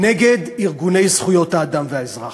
נגד ארגוני זכויות האדם והאזרח.